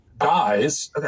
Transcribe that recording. dies